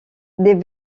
des